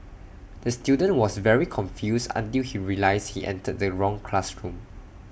the student was very confused until he realised he entered the wrong classroom